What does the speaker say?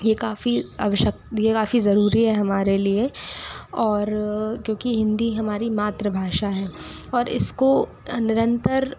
यह काफ़ी अवशक यह काफ़ी ज़रूरी है हमारे लिए और क्योंकि हिन्दी हमारी मातृभाषा है और इसको निरंतर